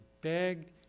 begged